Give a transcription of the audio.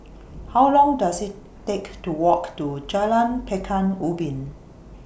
How Long Does IT Take to Walk to Jalan Pekan Ubin